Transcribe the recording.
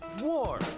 war